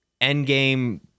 Endgame